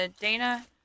Dana